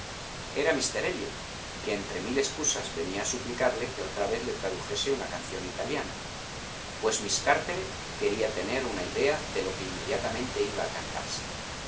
era míster elliot que entre mil excusas venía a suplicarle que otra vez le tradujese una canción italiana pues miss carteret quería tener una idea de lo que inmediatamente iba a cantarse